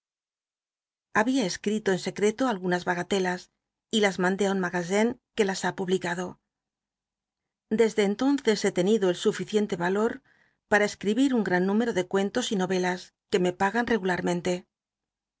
había escrito en scceto algunas bagalclas y las mandé un mcryrninc que las ha mhlicaclo desde entonces he tenido el suficiente ralor pata cscibit un gtan número de cuentos y novelas que me agan cgularmente